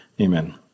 Amen